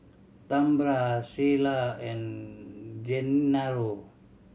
Tambra Sheila and Gennaro